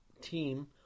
team